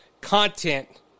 content